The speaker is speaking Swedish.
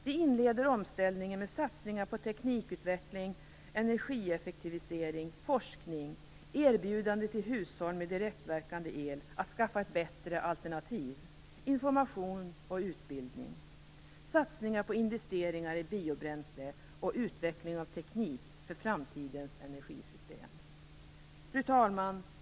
Vi inleder omställningen med satsningar på teknikutveckling, energieffektivisering, forskning, erbjudande till hushåll med direktverkande el att skaffa ett bättre alternativ, information och utbildning, satsningar på investeringar i biobränsle och utveckling av teknik för framtidens energisystem. Fru talman!